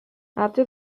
after